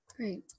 Great